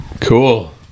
Cool